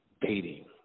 dating